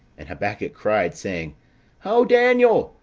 and habacuc cried, saying o daniel,